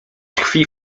tkwi